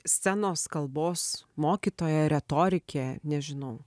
scenos kalbos mokytoja retorikė nežinau